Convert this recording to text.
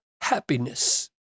happiness